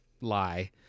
lie